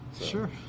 Sure